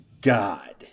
God